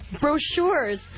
brochures